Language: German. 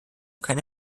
keine